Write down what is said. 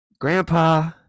Grandpa